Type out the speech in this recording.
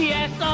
Yes